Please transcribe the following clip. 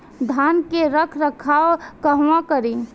धान के रख रखाव कहवा करी?